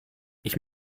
ich